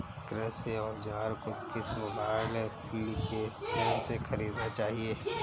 कृषि औज़ार को किस मोबाइल एप्पलीकेशन से ख़रीदना चाहिए?